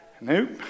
Nope